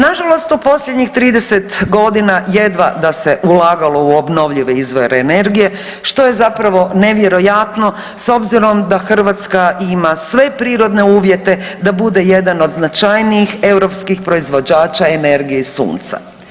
Nažalost u posljednjih 30 godina jedva da se ulagalo u obnovljive izvore energije što je zapravo nevjerojatno s obzirom da Hrvatska ima sve prirodne uvjete da bude jedan od značajnijih europskih proizvođača energije iz sunca.